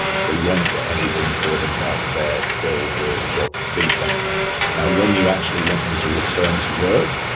so you won't get anything for them whilst they're still doing jobseeker. now when you actually want them to return to work,